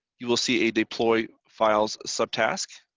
you will see a deploy files subtask.